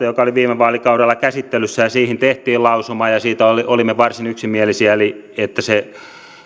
joka oli viime vaalikaudella käsittelyssä ja siihen tehtiin lausuma ja siitä olimme varsin yksimielisiä että se